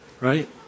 right